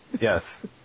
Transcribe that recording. Yes